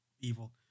evil